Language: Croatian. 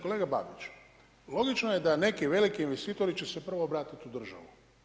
Kolega Babić logično je da neki veliki investitori će se prvo obratiti u državu.